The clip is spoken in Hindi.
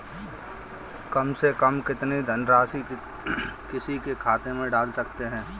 कम से कम कितनी धनराशि किसी के खाते में डाल सकते हैं?